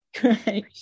Great